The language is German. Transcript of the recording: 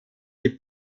die